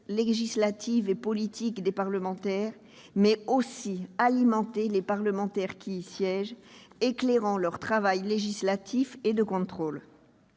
législative et politique des parlementaires, mais aussi alimenter les parlementaires qui y siègent et éclairer leur travail législatif et de contrôle.